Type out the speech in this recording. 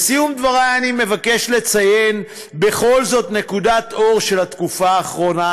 לסיום דברי אני מבקש לציין בכל זאת נקודת אור של התקופה האחרונה,